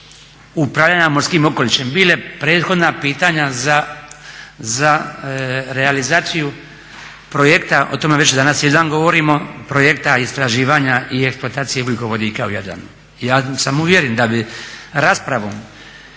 upravljanja morskim okolišem bile prethodna pitanja za realizaciju projekta. O tome već danas cijeli dan govorimo projekta istraživanja i eksploataciji ugljikovodika u Jadranu. Ja sam uvjeren da bi raspravom